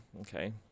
Okay